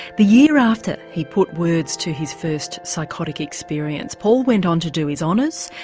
the year after he put words to his first psychotic experience paul went on to do his honours,